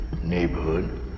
neighborhood